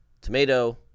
tomato